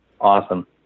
Awesome